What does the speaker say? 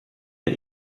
der